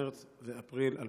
מרס ואפריל 2022?